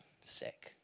sick